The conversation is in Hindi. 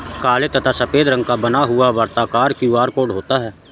काले तथा सफेद रंग का बना हुआ वर्ताकार क्यू.आर कोड होता है